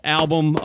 album